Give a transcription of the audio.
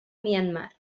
myanmar